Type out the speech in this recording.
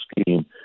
scheme